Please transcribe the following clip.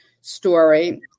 Story